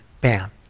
Bam